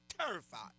terrified